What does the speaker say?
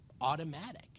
automatic